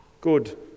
Good